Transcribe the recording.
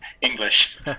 English